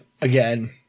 again